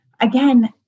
again